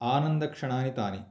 आनन्दक्षणानि तानि